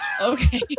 Okay